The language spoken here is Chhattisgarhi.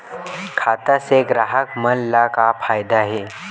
खाता से ग्राहक मन ला का फ़ायदा हे?